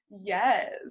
Yes